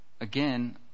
again